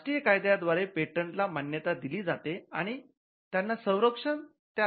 राष्ट्रीय कायद्या द्वारे पेटंटला मान्यता दिली जाते आणि त्याला संरक्षण त्या राष्ट्राच्या सीमा रेषच्या आत असते